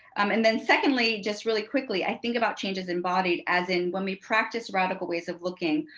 and then secondly just really quickly, i think about changes embodied as in when we practice radical ways of looking,